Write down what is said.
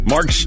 Mark